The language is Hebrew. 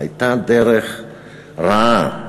הייתה דרך רעה.